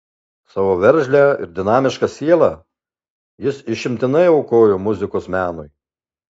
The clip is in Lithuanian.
savo veržlią ir dinamišką sielą jis išimtinai aukojo muzikos menui